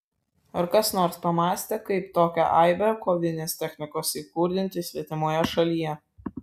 ar kas nors pamąstė kaip tokią aibę kovinės technikos įkurdinti svetimoje šalyje